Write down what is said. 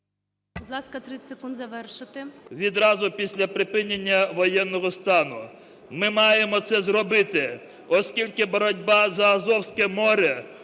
Будь ласка, 30 секунд завершити. ЧУБАРОВ Р.А. …відразу після припинення воєнного стану. Ми маємо це зробити, оскільки боротьба за Азовське море